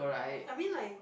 I mean like